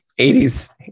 80s